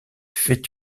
fait